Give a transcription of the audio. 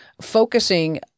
focusing